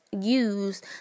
use